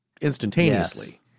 instantaneously